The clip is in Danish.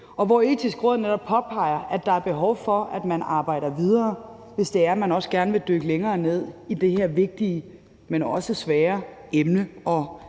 hvor de netop påpeger, at der er behov for, at man arbejder videre, hvis man også gerne vil dykke længere ned i det her vigtige, men også svære